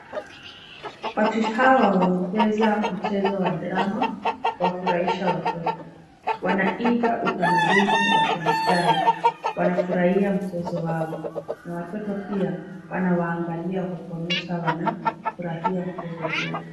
WAtu hawa wanacheza mchezo wa drama kuwafurahisha watoto, wanaiga kitamaduni wa kimasai, wanafurahia mchezi wao na watoto pia wanawaangalia kukuonyesha wanafurahia mchezo huo.